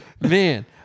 Man